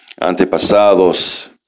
Antepasados